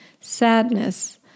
sadness